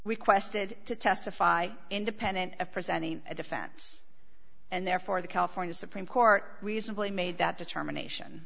requested to testify independent of presenting a defense and therefore the california supreme court recently made that determination